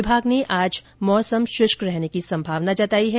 विभाग ने आज मौसम शुष्क रहने की संभावना जताई है